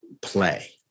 play